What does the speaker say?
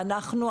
ואנחנו,